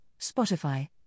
Spotify